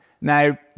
Now